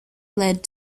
led